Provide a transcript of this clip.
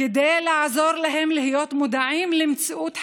כדי לעזור להם להיות מודעים למציאות חייהם,